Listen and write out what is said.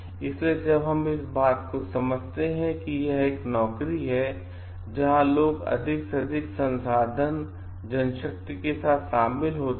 इसलिए हम इस बात को समझते हैं कि यह एक नौकरी है जहां लोगअधिक से अधिक संसाधन जनशक्ति के साथ शामिल होते हैं